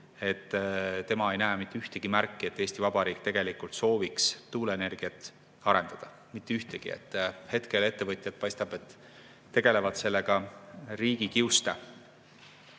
tema ei näe mitte ühtegi märki, et Eesti Vabariik tegelikult sooviks tuuleenergiat arendada. Mitte ühtegi! Hetkel ettevõtjad, paistab, tegelevad sellega riigi kiuste.